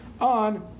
on